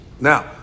now